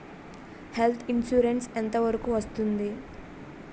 Health insurance ఎంత వరకు వస్తుంది?